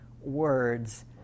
words